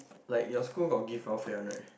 like your school got give welfare one right